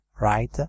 Right